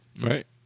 Right